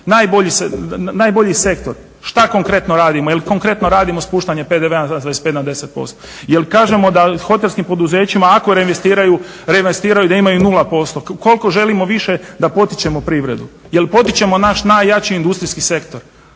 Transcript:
najbolji sektor. Šta konkretno radimo, jel konkretno radimo spuštanje PDV-a s 25 na 10%, jel kažemo da hotelskim poduzećima ako reinvestiraju da imaju 0%, koliko želimo više da potičemo privredu. Jel potičemo naš najjači industrijski sektor,